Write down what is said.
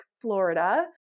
Florida